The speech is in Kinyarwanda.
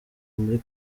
muri